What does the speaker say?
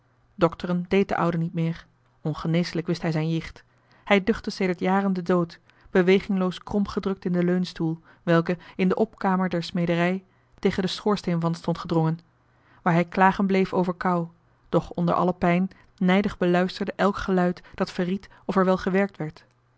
dokteren deed de oude niet meer ongeneeslijk wist hij zijn jicht hij duchtte sedert jaren den dood bewegingloos kromgedrukt in den leunstoel welke in de opkamer der smederij tegen den schoorsteenwand stond gedrongen waar hij klagen bleef over kou doch onder alle pijn nijdig beluisterde elk geluid dat verried of er wel gewerkt werd